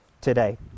today